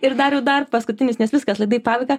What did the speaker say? ir dariau dar paskutinis nes viskas labai į pabaigą